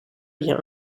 vient